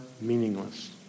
meaningless